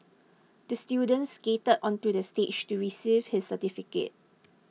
the student skated onto the stage to receive his certificate